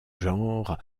genre